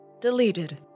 Deleted